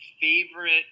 favorite